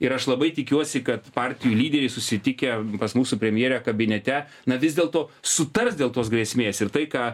ir aš labai tikiuosi kad partijų lyderiai susitikę pas mūsų premjerę kabinete na vis dėlto sutars dėl tos grėsmės ir tai ką